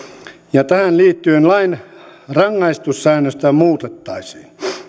ja tähän liittyen lain rangaistussäännöstä muutettaisiin